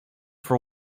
for